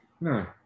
No